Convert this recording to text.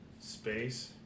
space